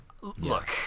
Look